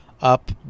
up